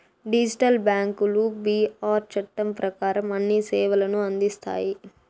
digital బ్యాంకులు BR చట్టం ప్రకారం అన్ని సేవలను అందిస్తాయి